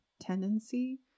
tendency